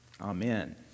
Amen